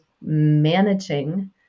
managing